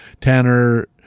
Tanner